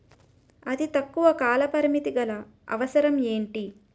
అతి తక్కువ కాల పరిమితి గల అవసరం ఏంటి